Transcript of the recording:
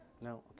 No